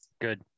Good